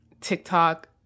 TikTok